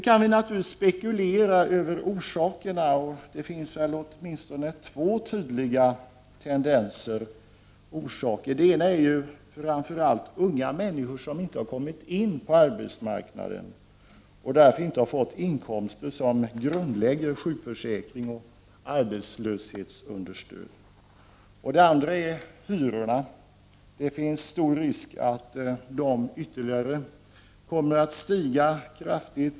Man kan naturligtvis spekulera över orsakerna till detta. Det finns åtminstone två tydliga orsaker. Den ena är de, framför allt unga, människor som inte kommit in på arbetsmarknaden och därför inte fått de inkomster som grundlägger rätt till sjukförsäkring och arbetslöshetsunderstöd. Den andra orsaken är hyrorna. Det finns stor risk för att de kommer att stiga kraftigt.